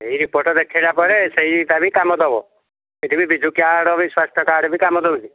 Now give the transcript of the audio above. ଏଇ ରିପୋର୍ଟ୍ ଦେଖାଇଲା ପରେ ସେଇଟା ବି କାମ ଦେବ ଏଇଠି ବି ବିଜୁ କାର୍ଡ୍ ବି ସ୍ୱାସ୍ଥ୍ୟ କାର୍ଡ୍ ବି କାମ ଦେଉଛି